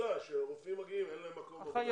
עובדה שרופאים מגיעים ואין להם מקום עבודה.